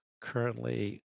currently